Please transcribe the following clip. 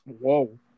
whoa